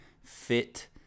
fit